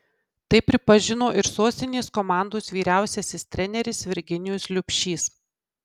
tai pripažino ir sostinės komandos vyriausiasis treneris virginijus liubšys